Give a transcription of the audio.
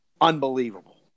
unbelievable